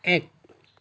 এক